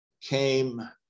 came